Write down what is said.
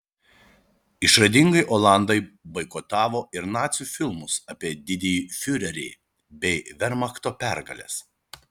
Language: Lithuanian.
išradingai olandai boikotavo ir nacių filmus apie didįjį fiurerį bei vermachto pergales